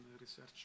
research